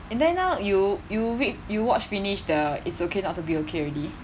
and then now you you re~ you watch finish the it's okay not to be okay already